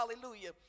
hallelujah